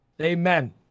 Amen